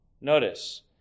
Notice